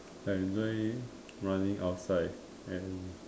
I enjoy running outside and